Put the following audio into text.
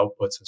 outputs